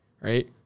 right